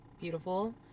beautiful